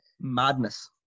madness